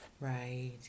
right